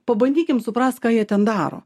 pabandykim suprast ką jie ten daro